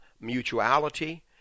mutuality